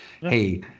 hey